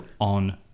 on